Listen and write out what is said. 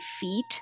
feet